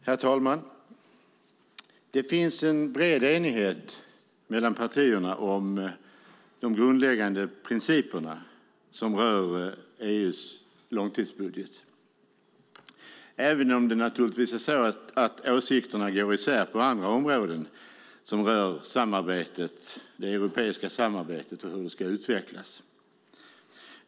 Herr talman! Det finns en bred enighet mellan partierna om de grundläggande principerna som rör EU:s långtidsbudget, även om åsikterna naturligtvis går isär på andra områden som rör det europeiska samarbetet och hur det ska utvecklas.